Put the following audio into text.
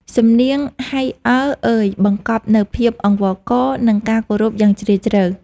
សំនៀង "ហៃអើ... អើយ" បង្កប់នូវភាពអង្វរករ និងការគោរពយ៉ាងជ្រាលជ្រៅ។